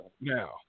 now